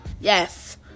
Yes